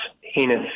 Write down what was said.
heinous